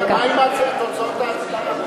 רגע, מה עם תוצאות ההצבעה?